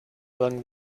along